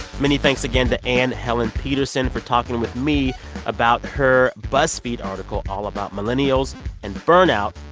many thanks again to anne helen petersen for talking with me about her buzzfeed article all about millennials and burnout.